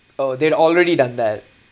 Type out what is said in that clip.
oh they'd already done that